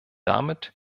damit